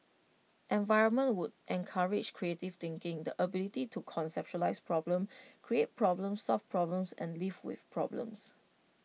environment would encourage creative thinking the ability to conceptualise problems create problems solve problems and live with problems